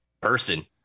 person